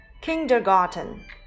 kindergarten